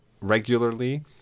regularly